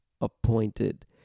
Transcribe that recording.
appointed